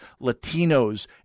Latinos